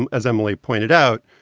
um as emily pointed out,